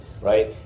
right